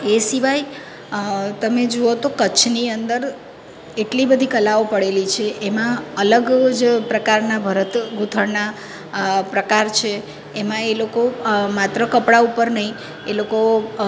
એ સિવાય તમે જુઓ તો કચ્છની અંદર એટલી બધી કલાઓ પડેલી છે એમાં અલગ જ પ્રકારના ભરત ગૂંથણના પ્રકાર છે એમાં એ લોકો માત્ર કપડા ઉપર નહીં એ લોકો